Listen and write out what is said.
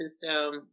system